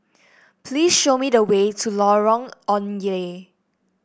please show me the way to Lorong Ong Lye